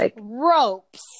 ropes